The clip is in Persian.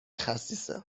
خسیسه